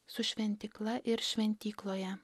su šventykla ir šventykloje